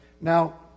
Now